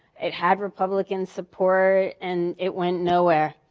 it had republican support, and it went nowhere.